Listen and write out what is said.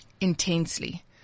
Intensely